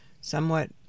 somewhat